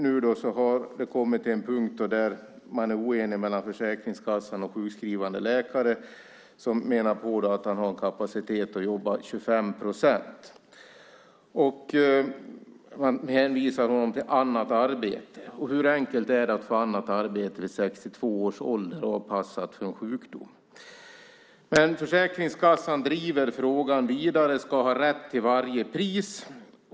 Nu har det kommit till en punkt där man är oenig mellan Försäkringskassan och sjukskrivande läkare, som menar att han har kapacitet att jobba 25 procent. Man hänvisar honom till annat arbete. Hur enkelt är det att få annat arbete avpassat för sjukdom vid 62 års ålder? Men Försäkringskassan driver frågan vidare och ska ha rätt till varje pris.